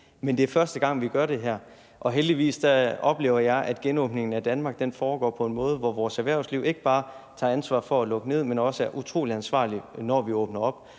Men det er første gang, vi gør det her, og heldigvis oplever jeg, at genåbningen af Danmark foregår på en måde, hvor vores erhvervsliv ikke bare tager ansvar for at lukke ned, men også er utrolig ansvarlige, når vi åbner op.